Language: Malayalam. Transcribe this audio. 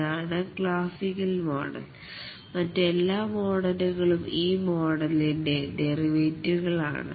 ഇതാണ് ക്ലാസിക്കൽ മോഡൽ മറ്റെല്ലാം മോഡലുകളും ഈ മോഡലിൻറെ ഡെറിവേറ്റീവ് കളാണ്